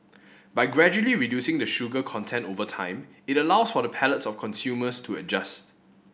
by gradually reducing the sugar content over time it allows for the palates of consumers to adjust